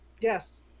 Yes